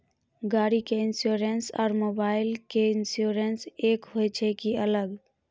गाड़ी के इंश्योरेंस और मोबाइल के इंश्योरेंस एक होय छै कि अलग?